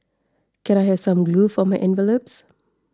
can I have some glue for my envelopes